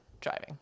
driving